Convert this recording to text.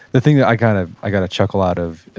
the thing that i kind of i got a chuckle out of,